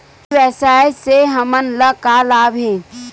ई व्यवसाय से हमन ला का लाभ हे?